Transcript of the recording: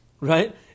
Right